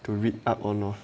to read up or no